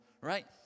right